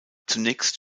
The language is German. zunächst